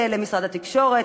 למשרד התקשורת,